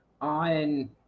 on